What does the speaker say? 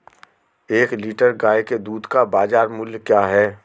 एक लीटर गाय के दूध का बाज़ार मूल्य क्या है?